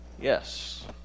Yes